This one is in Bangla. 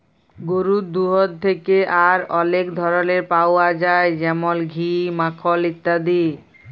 গরুর দুহুদ থ্যাকে আর অলেক ধরলের পাউয়া যায় যেমল ঘি, মাখল ইত্যাদি